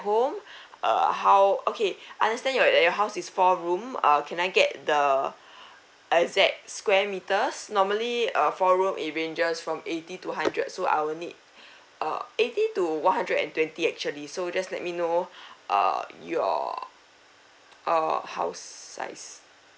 home err how okay understand your at your house is four room uh can I get the exact square meters normally a four room it ranges from eighty to hundred so I will need uh eighty to one hundred and twenty actually so just let me know uh your err house size